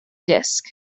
disk